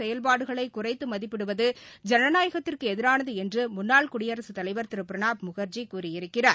செயல்பாடுகளைகுறைத்துமதிப்பிடுவது தேர்தல் ஆணையத்தின் ஜனநாயகத்திற்குஎதிரானதுஎன்றுமுன்னாள் குடியரசுத் தலைவர் திருபிரணாப் முகர்ஜி கூறியிருக்கிறார்